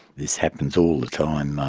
this happens all the time.